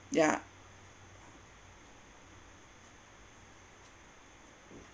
yeah